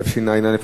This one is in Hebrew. התשע"א 2011,